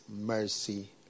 mercy